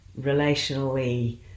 Relationally